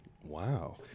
Wow